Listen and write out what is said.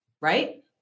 right